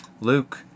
Luke